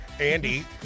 Andy